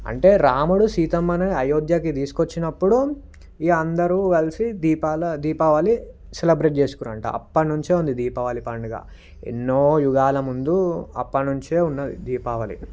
అంటే రాముడు సీతమ్మను అయోధ్యకి తీసుకొచ్చినప్పుడు ఇక అందరూ కలిసి దీపాల దీపావళి సెలబ్రేట్ చేసుకున్నారంట అప్పటి నుంచే ఉంది దీపావళి పండుగ ఎన్నో యుగాల ముందు అప్పటి నుంచే ఉన్నది దీపావళి